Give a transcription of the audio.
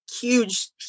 huge